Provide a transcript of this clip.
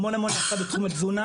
המון המון נעשה בתחום התזונה,